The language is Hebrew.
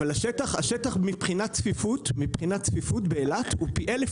אבל השטח מבחינת צפיפות באילת הוא פי אלף